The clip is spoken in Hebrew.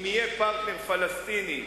אם יהיה פרטנר פלסטיני,